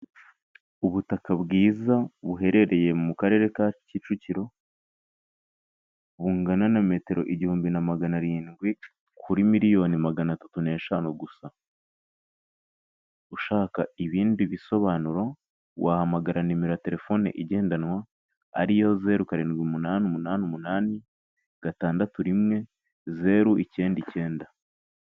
Ubutaka bwiza buherereye mu karere ka Kicukiro bungana na metero igihumbi na magana arindwi, kuri miliyoni magana tatu n'eshanu gusa, ushaka ibindi bisobanuro, wahamagara nimero ya telefoni igendanwa ariyo zeru karindwi umunani umunani umunani gatandatu rimwe zeru icyenda icyenda.